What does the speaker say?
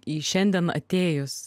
į šiandien atėjus